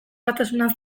batasunean